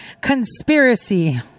conspiracy